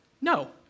No